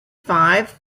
five